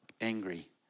angry